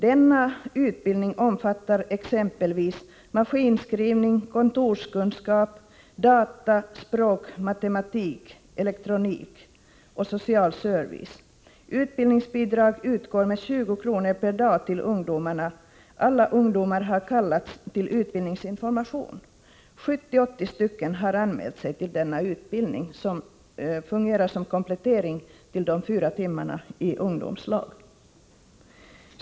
Denna utbildning omfattar exempelvis maskinskrivning, kontorskunskap, datakunskap, språk, matematik, elektronik och social service. Utbildningsbidrag utgår med 20 kr. per dag till ungdomarna. Alla ungdomar har kallats till utbildningsinformation. 70-80 har anmält sig till denna utbildning, som fungerar som komplettering till de fyra timmarna i ungdomslag.